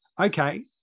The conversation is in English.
Okay